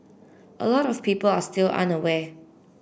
a lot of people are still unaware